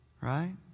right